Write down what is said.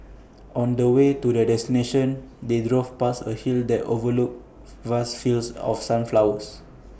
on the way to their destination they drove past A hill that overlooked vast fields of sunflowers